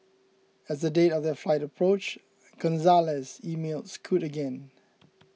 as the date of their flight approached Gonzalez emailed Scoot again